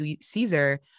Caesar